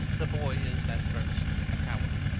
the boy is at first a coward.